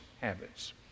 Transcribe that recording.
habits